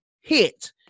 hit